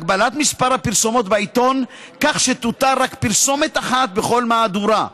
הגבלת מספר הפרסומות בעיתון כך שתותר רק פרסומת אחת בכל מהדורה,